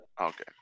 Okay